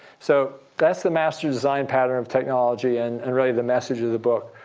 so that's the master design pattern of technology and, and really, the message of the book.